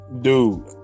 dude